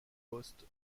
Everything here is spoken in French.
postes